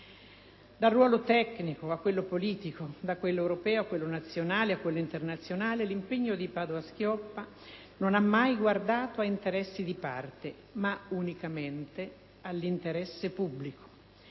Dal ruolo tecnico a quello politico, da quello europeo a quello nazionale e a quello internazionale, l'impegno di Padoa-Schioppa non ha mai guardato a interessi di parte ma unicamente all'interesse pubblico,